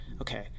okay